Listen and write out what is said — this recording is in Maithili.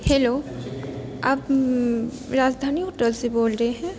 हैलो आप राजधानी होटल से बोल रहे हैं